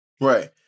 Right